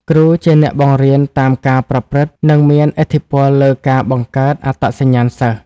គ្រូជាអ្នកបង្រៀនតាមការប្រព្រឹត្ត និងមានឥទ្ធិពលលើការបង្កើតអត្តសញ្ញាណសិស្ស។